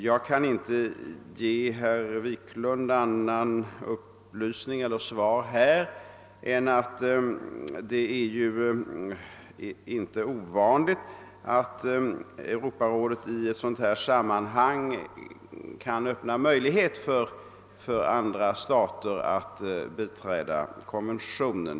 Jag kan inte ge herr Wiklund något annat svar än att det inte är ovanligt att Europarådet i ett sådant här sammanhang kan öppna vägen för andra stater att biträda konventionen.